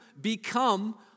become